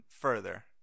further